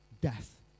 death